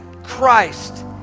Christ